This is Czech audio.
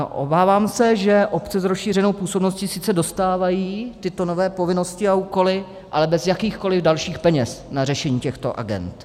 Obávám se, že obce s rozšířenou působnosti sice dostávají tyto nové povinnosti a úkoly, ale bez jakýchkoliv dalších peněz na řešení těchto agend.